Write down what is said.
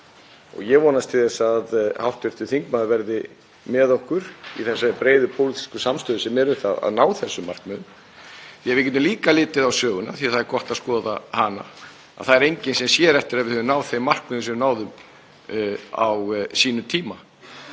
Ég vonast til þess að hv. þingmaður verði með okkur í þeirri breiðu pólitísku samstöðu sem er um að ná þessum markmiðum. Við getum líka litið á söguna því að það er gott að skoða hana. Það er enginn sem sér eftir að við höfum náð þeim markmiðum sem við náðum á sínum tíma.